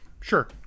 Sure